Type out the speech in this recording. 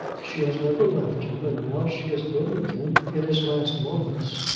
she has never left him, and now she has been with him in his last moments.